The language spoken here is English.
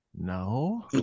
No